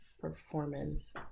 performance